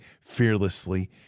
fearlessly